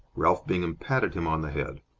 ralph bingham patted him on the head.